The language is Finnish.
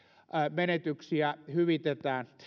menetyksiä hyvitetään